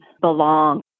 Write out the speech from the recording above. belong